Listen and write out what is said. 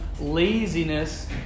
laziness